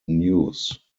news